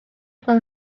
con